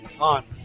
on